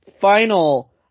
final